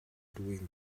doing